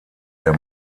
der